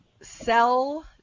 Sell